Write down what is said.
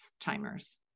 timers